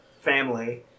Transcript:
family